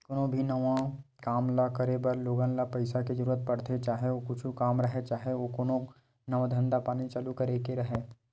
कोनो भी नवा काम ल करे बर लोगन ल पइसा के जरुरत पड़थे, चाहे ओ कुछु काम राहय, चाहे ओ कोनो नवा धंधा पानी चालू करे के राहय